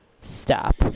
stop